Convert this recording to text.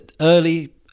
early